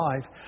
life